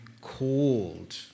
called